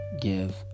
give